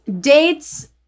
dates